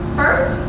first